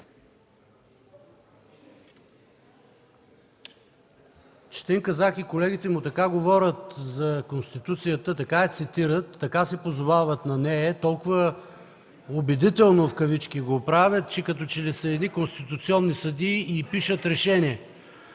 Четин Казак и колегите му така говорят за Конституцията, така я цитират, така се позовават на нея и толкова убедително в кавички го правят, като че ли са едни конституционни съдии и пишат решения.